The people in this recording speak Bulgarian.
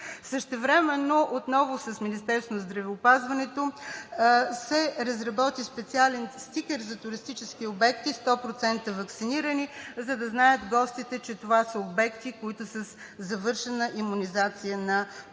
Същевременно отново с Министерството на здравеопазването се разработи специален стикер за туристически обекти – „100% ваксинирани“, за да знаят гостите, че това са обекти, които са със завършена имунизация на персонала.